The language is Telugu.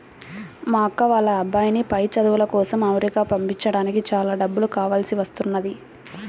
మా అక్క వాళ్ళ అబ్బాయిని పై చదువుల కోసం అమెరికా పంపించడానికి చాలా డబ్బులు కావాల్సి వస్తున్నది